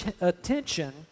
attention